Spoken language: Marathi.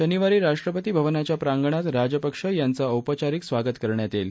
शनिवारी राष्ट्रपती भवनाच्या प्रांगणात राजपक्ष यांचं औपचारिक स्वागत करण्यात येईल